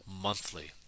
monthly